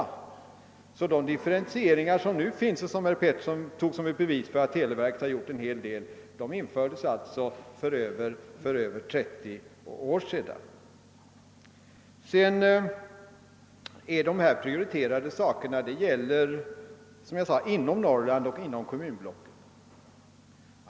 De nuvarande differentieringarna, som herr Pettersson tog som ett bevis på att televerket gjort en hel del, företogs alltså för över 20 år sedan. Prioriteringen gäller som sagt främst kommunblocken i Norrland.